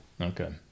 okay